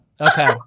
Okay